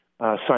Sign